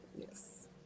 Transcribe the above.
yes